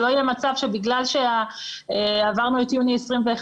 שלא יהיה מצב שבגלל שעברנו את יוני 2021